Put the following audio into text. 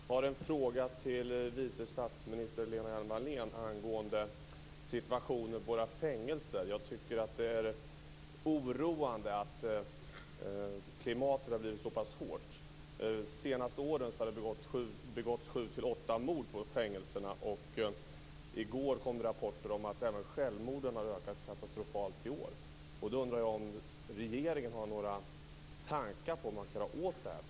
Fru talman! Jag har en fråga till vice statsminister Lena Hjelm-Wallén angående situationen på våra fängelser. Det är oroande att klimatet där har blivit så pass hårt som det blivit. Under de senaste åren har sju-åtta mord begåtts på våra fängelser. I går kom det rapporter om att även antalet självmord har ökat katastrofalt i år. Har regeringen några tankar på vad som kan göras åt det här?